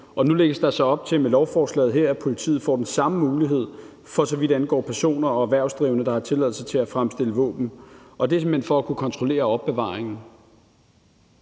Nu lægges der så med lovforslaget her op til, at politiet får den samme mulighed, for så vidt angår personer og erhvervsdrivende, der har tilladelse til at fremstille våben, og det er simpelt hen for at kunne kontrollere opbevaringen.